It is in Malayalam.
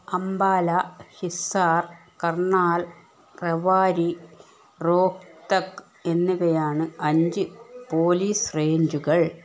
അംബാല ഹിസ്സാർ കർണാൽ റെവാരി റോഹ്തക് എന്നിവയാണ് അഞ്ച് പോലീസ് റേഞ്ചുകൾ